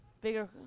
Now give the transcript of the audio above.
bigger